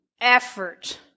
effort